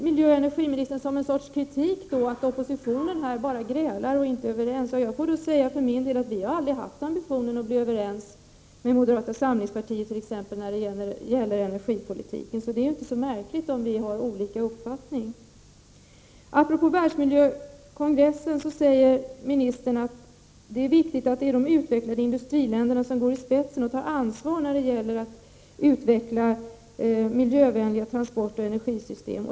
Miljöoch energiministern säger såsom en sorts kritik att oppositionen här bara grälar och inte är överens. Jag får säga för vår del att vi aldrig har haft ambitionen att bli överens med moderata samlingspartiet t.ex. om energipolitiken. Det är inte så märkligt om vi har olika uppfattningar. Apropå världsmiljökonferensen säger ministern att det är viktigt att de utvecklade industriländerna går i spetsen och tar ansvar när det gäller att utveckla miljövänliga transportoch energisystem.